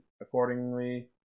accordingly